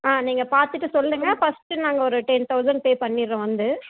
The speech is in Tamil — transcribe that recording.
ஆ நீங்கள் பார்த்துட்டு சொல்லுங்கள் ஃபஸ்ட்டு நாங்கள் ஒரு டென் தொளசண்ட் பே பண்ணிடுறோம் வந்து